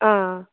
आं